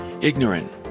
ignorant